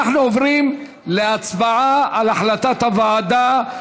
אנחנו עוברים להצבעה על החלטת הוועדה.